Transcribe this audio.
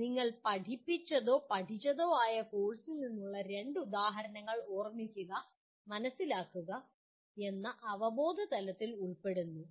നിങ്ങൾ പഠിപ്പിച്ചതോ പഠിച്ചതോ ആയ കോഴ്സിൽ നിന്നുള്ള രണ്ട് ഉദാഹരണങ്ങൾ ഓർമ്മിക്കുക മനസിലാക്കുക എന്ന അവബോധതലങ്ങളിൽ ഉൾപ്പെടുന്നു